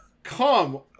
Come